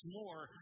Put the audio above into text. more